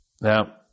Now